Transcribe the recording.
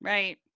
Right